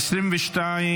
התשפ"ג 2023, לא נתקבלה.